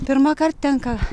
pirmąkart tenka